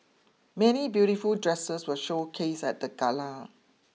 many beautiful dresses were showcased at the gala